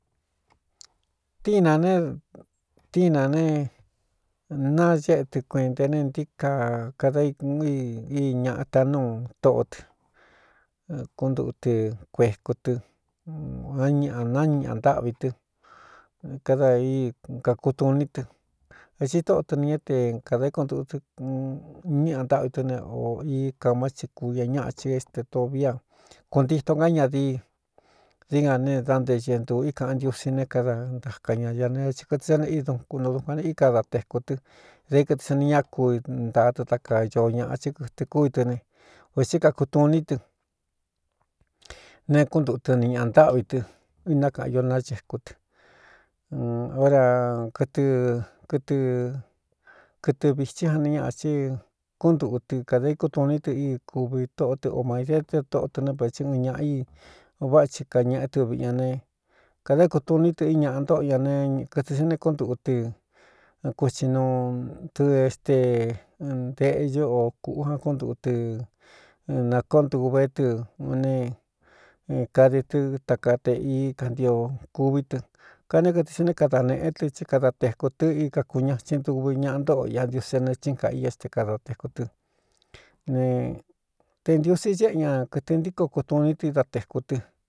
Tíin nā ne tíin nā ne nañéꞌe tɨ kuenta e ne ntíka kada íkun í ñaꞌa ta núu tóꞌo tɨ kúntuꞌutɨ kueku tɨ án ñaꞌa nañi ñꞌa ntáꞌvi tɨ kada í kakutuiní tɨ etsi tóꞌo tɨ nī é te kadāíkuntuꞌu ɨ ñíꞌa ntáꞌvi tɨ ne ō i kāmá ti ku ña ñaꞌa chin este to via kuuntito ngá ñadii dií gā ne dá nte xeꞌe ntuu i kāꞌan ntiusi ne kada ntaka ña ña ne ti kɨtɨ sa ne ídun kunu dukuan n í kada teku tɨ daé kɨtɨ sa ni ñá ku ntaa tata kañoo ñaꞌa chɨ kɨtɨ kúvi tɨ ne uēꞌsí kakutuiní tɨ ne kúntuꞌutɨ ni ñaꞌa ntáꞌvi tɨ inákaꞌan ño naxekú tɨ óra kɨtɨ kɨtɨ kɨtɨ vīthí jani ñaꞌa chí kúntuꞌu tɨ kadā íkutu ní tɨ í kuvi tóꞌo tɨ o maīsee te tóꞌo tɨ nɨ vēthi un ñaꞌa i o váꞌa thi kañēꞌé tɨ viꞌi ña ne kadá kutuní tɨ í ñāꞌa ntóꞌo ñaekɨtɨ sa ne kúntuꞌu tɨ kutsi nuu tɨ éste nteꞌñó o kūꞌu jan kúntuꞌu tɨ nākóontuvé tɨ un ne kadi tɨ takaa te ī kantio kuví tɨ kané kɨtɨ sa né kada nēꞌe tɨ tsí kada teku tɨ i kakuñathin duvi ñaꞌa ntóꞌo iꞌa ntiusé ne chín kaꞌa i este kada teku tɨ ne te ntiusi séꞌe ña kɨtɨ ntíko kutuní tɨ da tēku tɨ.